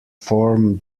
form